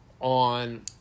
on